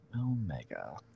Omega